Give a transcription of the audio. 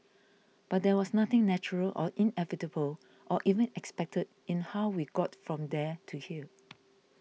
but there was nothing natural or inevitable or even expected in how we got from there to here